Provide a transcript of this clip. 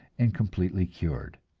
and completely cured.